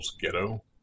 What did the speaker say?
ghetto